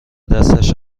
دستش